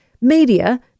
Media